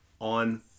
on